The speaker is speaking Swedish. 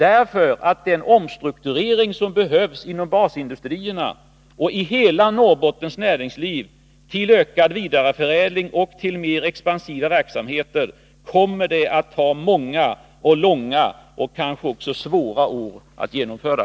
Den omstrukturering som behövs inom basindustrierna och i hela Norrbottens näringsliv för ökad vidareförädling och till mera expansiva verksamheter, kommer att ta många och långa, och kanske också svåra, år att genomföra.